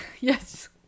yes